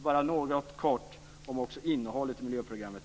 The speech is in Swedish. Det var något kort om innehållet i miljöprogrammet.